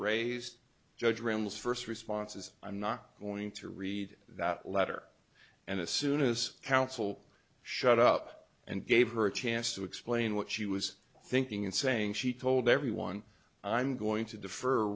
raised judge rooms first responses i'm not going to read that letter and as soon as counsel shut up and gave her a chance to explain what she was thinking and saying she told everyone i'm going to defer